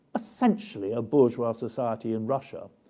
essentially a bourgeois society in russia,